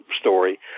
story